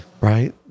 right